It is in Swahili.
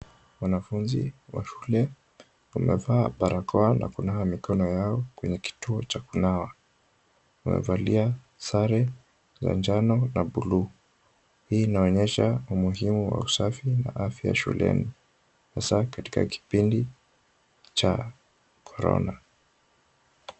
Wanafunzi wa shule wamevaa barakoa na kunawa mikono yao kwenye kituo cha kunawa. Wamevalia sare ya njano na bluu. Hii inaonyesha umuhimu wa usafi na afya shuleni, hasa katika kipindi cha korona.